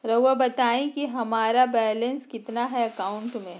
रहुआ बताएं कि हमारा बैलेंस कितना है अकाउंट में?